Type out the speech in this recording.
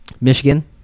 Michigan